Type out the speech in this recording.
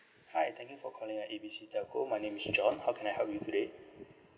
hi thank you for calling our A B C telco my name is john how can I help you today